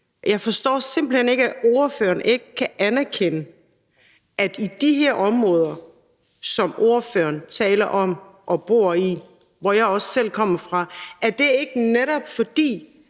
Jeg forstår simpelt hen ikke, at ordføreren ikke kan anerkende, om det i de her områder, som ordføreren taler om og bor i, og hvor jeg også selv kommer fra, ikke netop er,